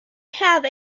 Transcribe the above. have